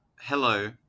hello